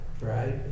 right